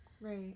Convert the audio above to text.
Right